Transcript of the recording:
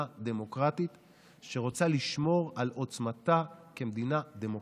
דמוקרטית שרוצה לשמור על עוצמתה כמדינה דמוקרטית.